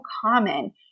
common